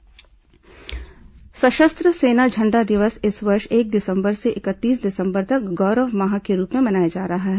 सशस्त्र झण्डा दिवस सशस्त्र सेना झण्डा दिवस इस वर्ष एक दिसंबर से इकतीस दिसंबर तक गौरव माह के रूप में मनाया जा रहा है